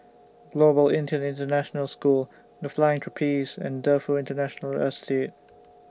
Global Indian International School The Flying Trapeze and Defu Industrial Estate